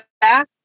back